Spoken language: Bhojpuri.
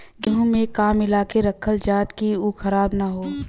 गेहूँ में का मिलाके रखल जाता कि उ खराब न हो?